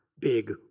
big